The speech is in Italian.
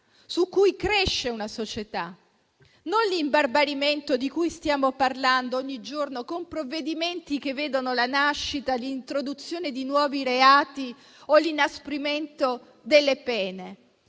su cui cresce una società, non l'imbarbarimento di cui stiamo parlando ogni giorno con provvedimenti che vedono l'introduzione di nuovi reati o l'inasprimento delle pene.